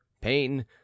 pain